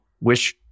wish